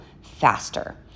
faster